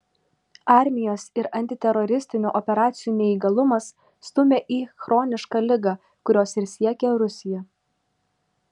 armijos ir antiteroristinių operacijų neįgalumas stumia į chronišką ligą kurios ir siekia rusija